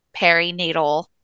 perinatal